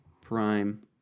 Prime